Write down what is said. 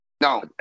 No